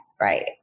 Right